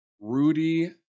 Rudy